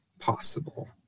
possible